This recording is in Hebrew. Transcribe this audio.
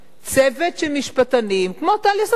צוות של משפטנים, כמו טליה ששון.